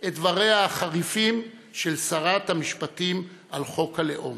את דבריה החריפים של שרת המשפטים על חוק הלאום